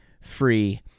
free